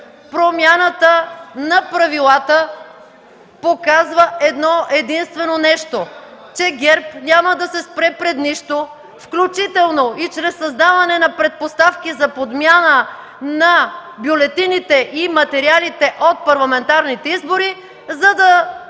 Промяната на правилата показва едно-единствено нещо – че ГЕРБ няма да се спре пред нищо, включително и чрез създаване на предпоставки за подмяна на бюлетините и материалите от парламентарните избори, за да